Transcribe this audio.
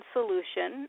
Solution